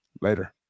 Later